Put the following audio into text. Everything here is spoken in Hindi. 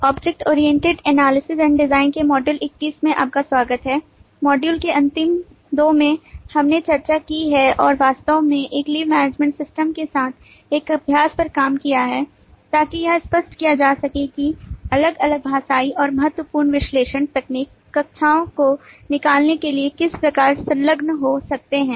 object oriented analysis and design के मॉड्यूल 21 में आपका स्वागत है मॉड्यूल के अंतिम दो में हमने चर्चा की है और वास्तव में एक लीव मैनेजमेंट सिस्टम के साथ एक अभ्यास पर काम किया है ताकि यह स्पष्ट किया जा सके कि अलग अलग भाषाई और महत्वपूर्ण विश्लेषण तकनीक कक्षाओं को निकालने के लिए किस प्रकार संलग्न हो सकते हैं